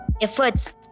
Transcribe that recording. efforts